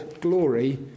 glory